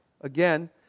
again